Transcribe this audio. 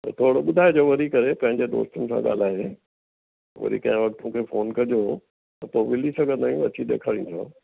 त थोरो ॿुधाए जो वरी करे पंहिंजे दोस्तनि सां ॻाल्हाए वरी कंहिं वक़्ति मूंखे फोन कजो त पोइ मिली सघंदा आहियूं अची ॾेखारींदोमांव